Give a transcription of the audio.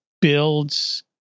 builds